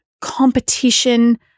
competition